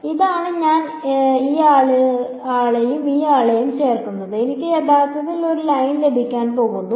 അതിനാൽ ഇതാണ് ഞാൻ ഈ ആളെയും ഈ ആളെയും ചേർക്കുന്നത് എനിക്ക് യഥാർത്ഥത്തിൽ ഒരു ലൈൻ ലഭിക്കാൻ പോകുന്നു